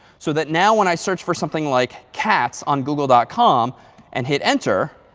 so that now when i search for something like cats on google dot com and hit enter,